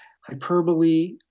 hyperbole